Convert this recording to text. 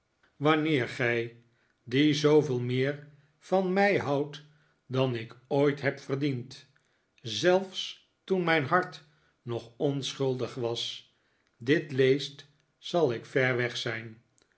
wanneer gij die zooveel meer van mij houdt dan ik ooit heb verdiend zelfs toen mijn hart nog onschuldig was dit leest zal ik ver weg zijn